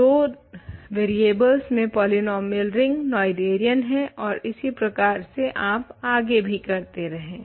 तो 2 रियेबल्स में polynomial ring Noetherian है और इसी प्रकार से आप आगे भी करते रहे